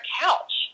couch